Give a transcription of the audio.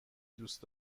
دوست